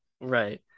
Right